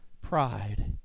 pride